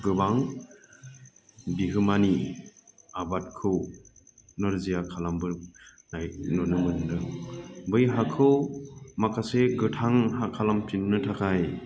गोबां बिहोमानि आबादखौ नोरजिया खालामबोनाय नुनो मोनदों बै हाखौ माखासे गोथां हा खालामफिननो थाखाय